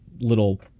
little